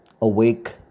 awake